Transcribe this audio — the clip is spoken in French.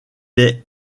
est